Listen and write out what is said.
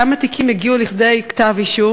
כמה תיקים הגיעו לכדי כתב-אישום?